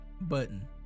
Button